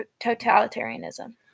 totalitarianism